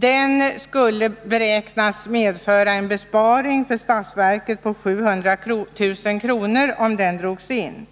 Det beräknas medföra en besparing för statsverket på 700 000 kr. om den drogs in,